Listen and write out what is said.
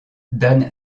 dan